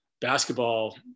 basketball